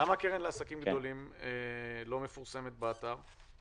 --- למה הקרן לעסקם גדולים לא מפורסמת באתר?